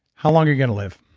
how long you going to live?